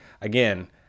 again